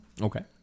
Okay